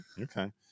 Okay